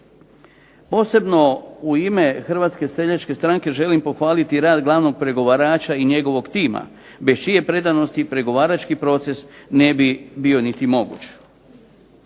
Posebno u ime Hrvatske seljačke stranke želim pohvaliti rad glavnog pregovarača i njegovog tima, bez čije predanosti pregovarački proces ne bi bio niti moguć.